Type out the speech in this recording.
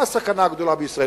מה הסכנה הגדולה בישראל?